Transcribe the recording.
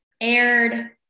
aired –